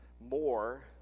more